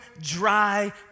dry